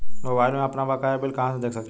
Mobile में आपनबकाया bill कहाँसे देख सकिले?